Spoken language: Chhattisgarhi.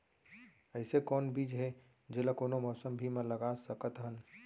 अइसे कौन बीज हे, जेला कोनो मौसम भी मा लगा सकत हन?